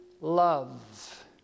love